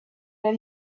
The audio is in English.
that